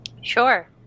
Sure